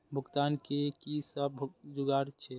भुगतान के कि सब जुगार छे?